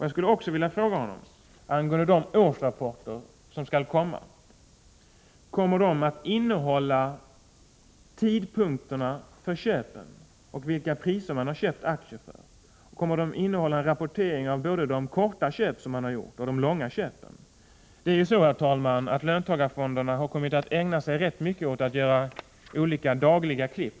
Jag skulle också vilja ställa en fråga angående de årsrapporter som skall komma: Kommer årsrapporterna att innehålla tidpunkterna för köpen och till vilka priser man har köpt aktier? Kommer de att innehålla en rapportering både av de korta köp som man har gjort och av de långa köpen? Löntagarfonderna har ju kommit att ägna sig rätt mycket åt att göra olika dagliga klipp.